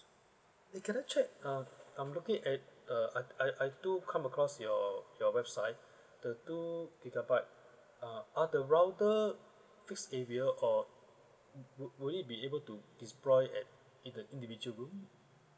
eh can I check uh I'm looking at a I I I do come across your your website the two gigabyte ah are the router fix area or will will it be able to deploy at in the individual room